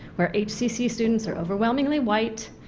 our hcc students are overwhelmingly white,